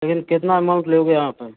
लेकिन कितना अमाउंट लेओगे आप